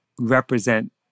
represent